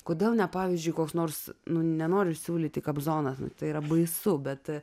kodėl ne pavyzdžiui koks nors nenori siūlyti kobzonas tai yra baisu bet